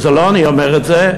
ולא אני אומר את זה,